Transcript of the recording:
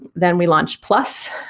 then we launched plus.